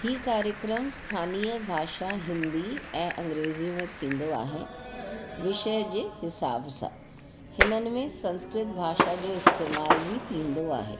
हीअ कार्यक्रम स्थानीय भाषा हिंदी ऐं अंग्रेज़ी में थींदो आहे विषय जे हिसाब सां हिननि में संस्कृत भाषा जो इस्तेमालु बि थींदो आहे